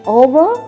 over